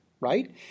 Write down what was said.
right